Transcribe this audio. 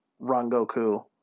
Rangoku